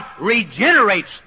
regenerates